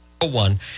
One